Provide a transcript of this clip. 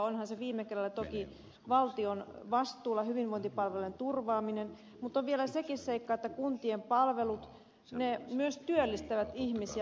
onhan se hyvinvointipalvelujen turvaaminen viime kädessä toki valtion vastuulla mutta on vielä sekin seikka että kuntien palvelut myös työllistävät ihmisiä